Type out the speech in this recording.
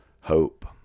hope